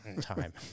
Time